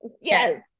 Yes